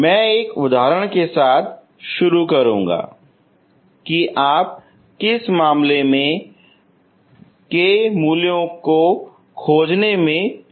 मैं एक उदाहरण के साथ शुरू करूंगा कि आप किस मामले में k मूल्यों को खोजने में सक्षम होंगे